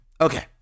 Okay